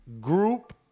group